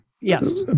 Yes